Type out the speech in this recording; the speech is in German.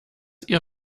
ihr